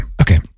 Okay